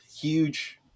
huge